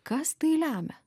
kas tai lemia